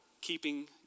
Keeping